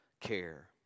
care